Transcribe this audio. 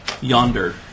Yonder